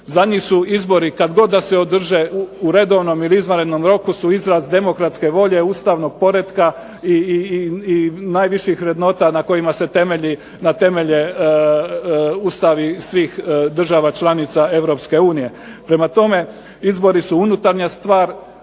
za njih su izbori kad god da se održe u redovnom ili izvanrednom roku su izraz demokratske volje ustavnog poretka i najviših vrednota na kojima se temelje ustavi svih država članica Europske unije. Prema tome, izbori su unutarnja stvar